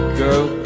girl